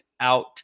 out